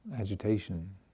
agitation